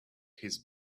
his